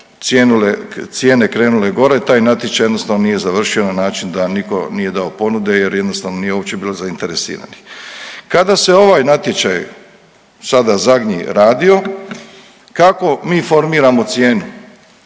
cijene krenule gore. Taj natječaj jednostavno nije završio na način da nitko nije dao ponude, jer jednostavno nije uopće bilo zainteresiranih. Kada se ovaj natječaj sada zadnji radio kako mi formiramo cijenu?